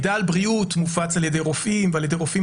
מידע על בריאות מופץ על-ידי רופאים ועל-ידי רופאים